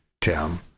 Tim